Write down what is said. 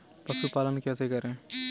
पशुपालन कैसे करें?